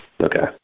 Okay